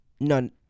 none